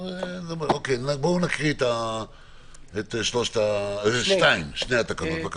את שתי התקנות, בבקשה.